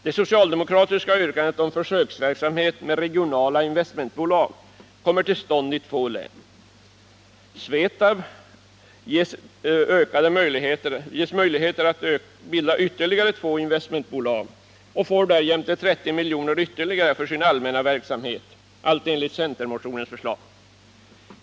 Det socialdemokratiska yrkandet om försöksverksamhet med regionala investmentbolag kommer till konkret förverkligande i två län. SVETAB ges möjligheter att bilda ytterligare två regionala investmentbolag och får därjämte 30 miljoner ytterligare för sin allmänna verksamhet, allt enligt centermotionens förslag.